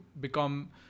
become